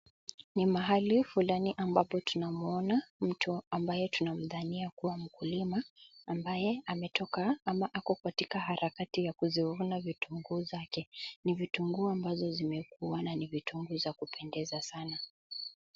Ni mahali fulani ambapo tunamuona mtu ambaye tunamdhani kuwa mkulima ambaye ametoka ama ako katika harakati ya kuzivuna vitunguu zake. Ni vituguu ambazo zimekuwa na ni vitunguu za kupendeza sana.